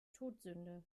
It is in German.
todsünde